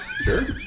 sure